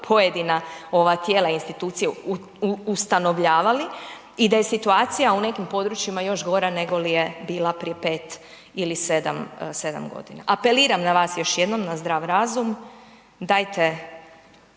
pojedina tijela institucije ustanovljavali i da je situacija u nekim područjima još godina nego li je bila prije 5 ili 7 godina. Apeliram na vas još jednom, na zdrav razum, dajte